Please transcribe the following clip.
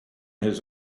his